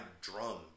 drum